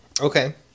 Okay